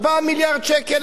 4 מיליארד שקל,